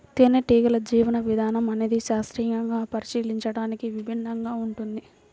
తేనెటీగల జీవన విధానం అనేది శాస్త్రీయంగా పరిశీలించడానికి విభిన్నంగా ఉంటుంది